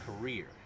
career